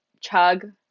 chug